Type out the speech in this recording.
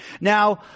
Now